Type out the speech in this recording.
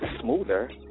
smoother